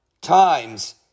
times